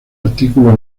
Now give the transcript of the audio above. artículos